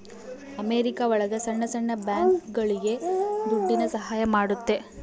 America ಒಳಗ ಸಣ್ಣ ಸಣ್ಣ ಬ್ಯಾಂಕ್ಗಳುಗೆ ದುಡ್ಡಿನ ಸಹಾಯ ಮಾಡುತ್ತೆ